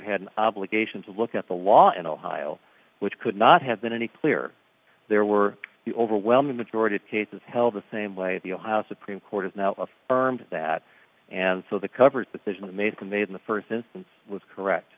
had an obligation to look at the law in ohio which could not have been any clear there were the overwhelming majority of cases held the same way if you know how supreme court is now affirmed that and so the coverage decision made the made in the first instance was correct